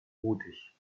mutig